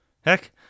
Heck